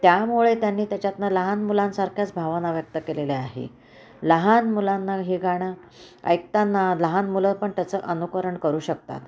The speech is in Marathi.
त्यामुळे त्यांनी त्याच्यातून लहान मुलांसारख्याच भावाना व्यक्त केलेल्या आहे लहान मुलांना हे गाणं ऐकताना लहान मुलं पण त्याचं अनुकरण करू शकतात